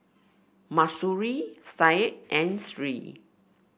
Mahsuri Syed and Sri